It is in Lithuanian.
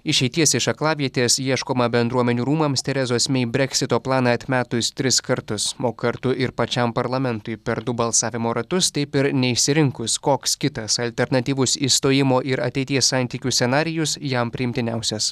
išeities iš aklavietės ieškoma bendruomenių rūmams terezos mei breksito planą atmetus tris kartus o kartu ir pačiam parlamentui per du balsavimo ratus taip ir neišsirinkus koks kitas alternatyvus išstojimo ir ateities santykių scenarijus jam priimtiniausias